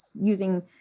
using